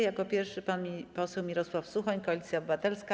Jako pierwszy pan poseł Mirosław Suchoń, Koalicja Obywatelska.